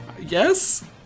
Yes